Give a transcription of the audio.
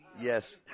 Yes